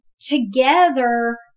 together